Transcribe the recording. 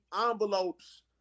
envelopes